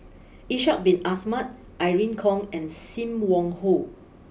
Ishak Bin Ahmad Irene Khong and Sim Wong Hoo